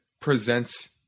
presents